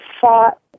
fought